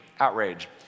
Outrage